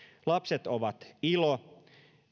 lapset ovat ilo